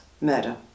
murder